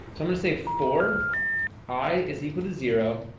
so i'm gonna say for i is equal to zero?